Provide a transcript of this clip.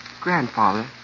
Grandfather